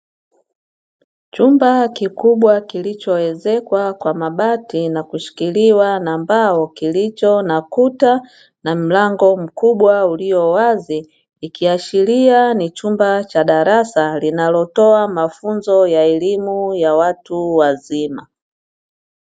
Chumba kikubwa, kilichoezekwa kwa mabati na kushikiliwa na mbao, kilicho na kuta na mlango mkubwa ulio wazi. Ikiashiria ni chumba cha darasa linalotoa mafunzo ya elimu ya watu wazima.